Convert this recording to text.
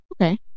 Okay